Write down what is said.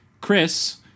Chris